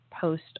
post